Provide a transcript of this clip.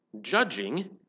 Judging